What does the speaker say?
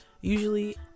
usually